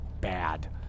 bad